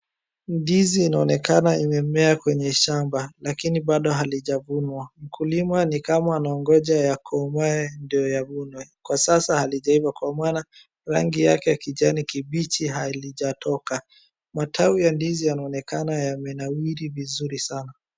Ndizi inaonekana imemea kwenye shamba, lakini bado halijavunwa. Mkulima ni kama anaongoja yakomae ndio yavunwe. Kwa sasa halijaiva kwa maana rangi yake ya kijani kibichi halijatoka. Matawi ya ndizi yanaonekana yamenawiri vizuri sana.